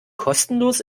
kostenlos